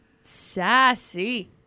sassy